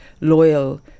loyal